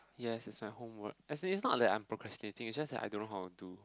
yes it's my homework as in it's not that I'm procrastinating it's just that I don't know how to do